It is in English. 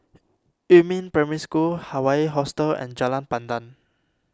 Yumin Primary School Hawaii Hostel and Jalan Pandan